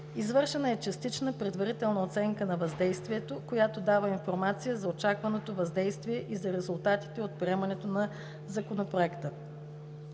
Извършена е частична предварителна оценка на въздействието, която дава информация за очакваното въздействие и за резултатите от приемането на Законопроекта.